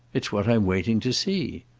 it's what i'm waiting to see.